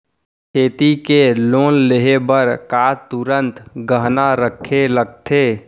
खेती के लोन लेहे बर का तुरंत गहना रखे लगथे?